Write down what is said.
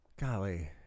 Golly